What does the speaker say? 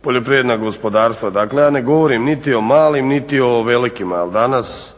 poljoprivredna gospodarstva. Dakle ja ne govorim niti o malim niti o velikima jer danas